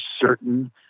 certain